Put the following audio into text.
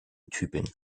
tübingen